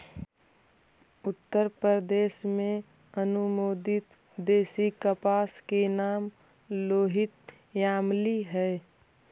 उत्तरप्रदेश में अनुमोदित देशी कपास के नाम लोहित यामली हई